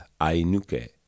Ainuke